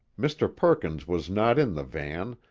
mr. perkins was not in the van,